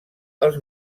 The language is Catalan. els